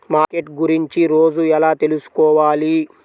Market గురించి రోజు ఎలా తెలుసుకోవాలి?